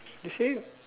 is it